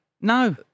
No